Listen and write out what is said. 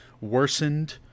worsened